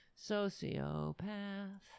Sociopath